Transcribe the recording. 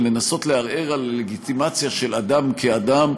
ולנסות לערער על לגיטימציה של אדם כאדם,